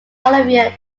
olivier